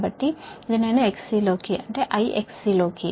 కాబట్టి ఇది నేను XC లోకి